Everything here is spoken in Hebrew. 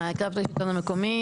מאיה קרבטרי השלטון המקומי,